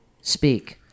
speak